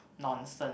nonsense